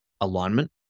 alignment